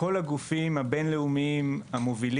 כלומר, משרד האוצר מבין שאלו הנתונים